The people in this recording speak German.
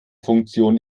funktion